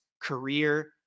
career